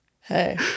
Hey